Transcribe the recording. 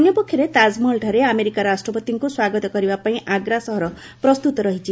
ଅନ୍ୟପକ୍ଷରେ ତାଜ୍ମହଲଠାରେ ଆମେରିକା ରାଷ୍ଟ୍ରପତିଙ୍କୁ ସ୍ୱାଗତ କରିବାପାଇଁ ଆଗ୍ରା ସହର ପ୍ରସ୍ତୁତ ରହିଛି